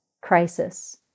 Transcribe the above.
crisis